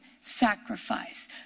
sacrifice